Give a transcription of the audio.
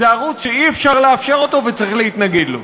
זה ערוץ שאי-אפשר לאפשר אותו וצריך להתנגד לו.